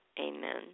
amen